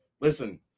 Listen